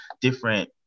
different